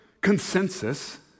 consensus